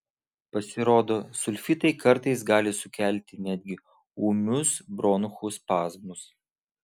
pasirodo sulfitai kartais gali sukelti netgi ūmius bronchų spazmus